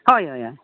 हय हय